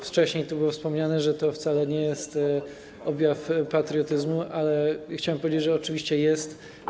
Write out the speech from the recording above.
Wcześniej tu było wspomniane, że to wcale nie jest objaw patriotyzmu, a ja chciałem powiedzieć, że oczywiście jest.